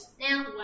Now